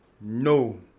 No